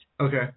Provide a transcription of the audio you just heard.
Okay